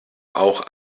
auch